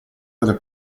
delle